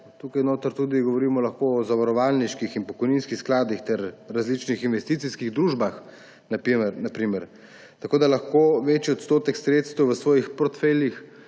tukaj lahko govorimo tudi o zavarovalniških in pokojninskih skladih ter različnih investicijskih družbah, na primer – tako, da lahko večji odstotek sredstev v svojih portfeljih